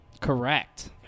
Correct